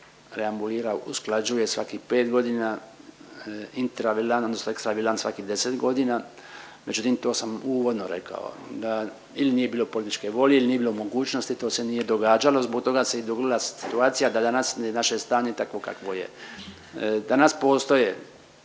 rembulira, usklađuje svakih pet godina intravilan odnosno ekstravilan svakih deset godina, međutim to sam uvodno rekao da il nije bilo političke volje, il nije bilo mogućnosti to se nije događalo. Zbog toga se i dogodila situacija da je danas naše stanje takvo kakvo je. Danas postoje